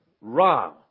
Ram